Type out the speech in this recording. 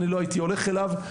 אני לא הייתי הולך אליו,